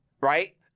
right